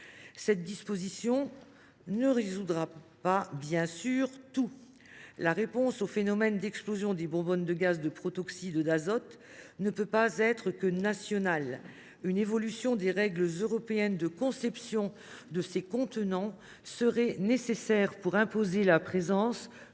Cette disposition ne résoudra, bien sûr, pas tout. La réponse au phénomène d’explosion des bonbonnes de protoxyde d’azote ne peut pas être que nationale ; une évolution des règles européennes de conception de ces contenants serait nécessaire pour imposer la présence